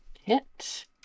hit